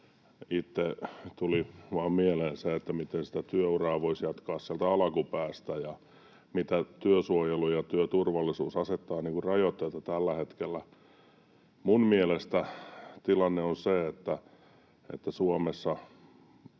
se, että miten sitä työuraa voisi jatkaa alkupäästä ja miten työsuojelu ja työturvallisuus asettaa rajoitteita tällä hetkellä. Koen, että Suomeen